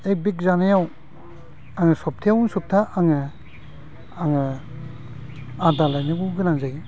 एक बेग जानायाव आं सबथायावनो सबथा आङो आदार लायनोबो गोनां जायो